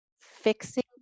fixing